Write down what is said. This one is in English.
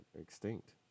extinct